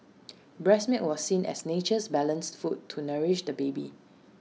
breast milk was seen as nature's balanced food to nourish the baby